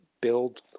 build